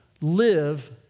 live